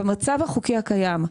במצב החוקי הקיים,